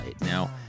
Now